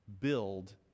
build